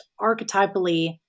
archetypally